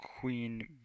Queen